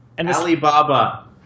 Alibaba